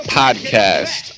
podcast